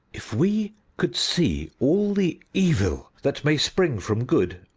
if we could see all the evil that may spring from good,